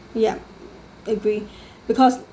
yup agree because